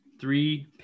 three